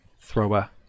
thrower